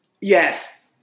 Yes